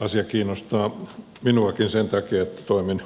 asia kiinnostaa minuakin sen takia että toimin